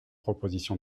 proposition